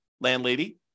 landlady